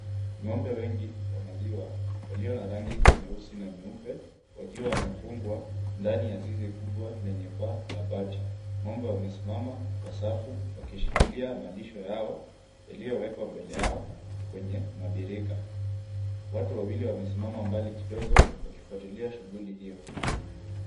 Ng'ombe wengi wa maziwa walio na rangi nyeusi na nyeupe wakiwa wamefungwa ndani ya zizi kubwa lenye paa la bati. Ng'ombe wamesimama kwa safu wakishikilia malisho yao yaliyowekwa mbele yao kwenye mabirika. Watu wawili wamesimama mbali kidogo wakifuatilia shughuli hiyo.